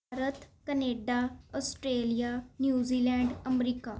Canada Australia New Zealand America